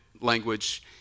language